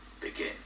begin